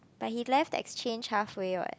but he left the exchange halfway what